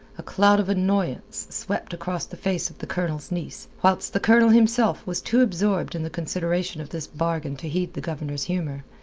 a cloud of annoyance swept across the face of the colonel's niece, whilst the colonel himself was too absorbed in the consideration of this bargain to heed the governor's humour.